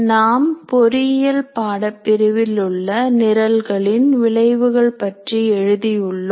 நாம் பொறியியல் பாடப் பிரிவில் உள்ள நிரல்களின் விளைவுகள் பற்றி எழுதி உள்ளோம்